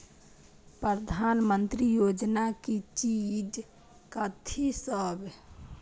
प्रधानमंत्री योजना की चीज कथि सब?